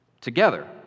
together